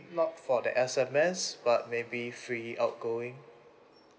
not for the S_M_S but maybe free outgoing